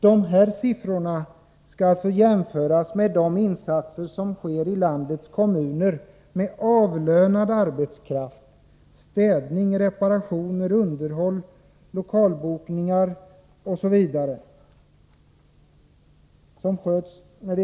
Dessa siffror skall jämföras med de insatser som görs i landets kommuner med avlönad arbetskraft: städning, reparation, underhåll, lokalbokning osv.